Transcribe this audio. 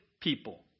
people